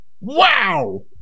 wow